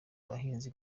bahinzi